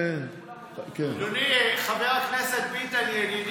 אדוני חבר הכנסת ביטן, ידידי,